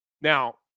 Now